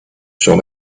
sur